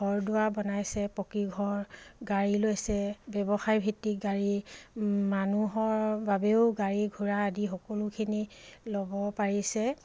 ঘৰ দুৱাৰ বনাইছে পকীঘৰ গাড়ী লৈছে ব্যৱসায়ভিত্তিক গাড়ী মানুহৰ বাবেও গাড়ী ঘোৰা আদি সকলোখিনি ল'ব পাৰিছে